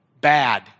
bad